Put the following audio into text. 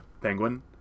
Penguin